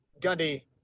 Gundy